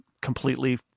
completely